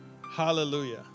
hallelujah